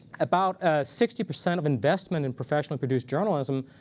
about sixty percent of investment in professionally-produced journalism,